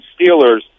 Steelers